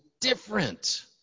different